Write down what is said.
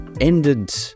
ended